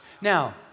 Now